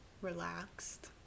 relaxed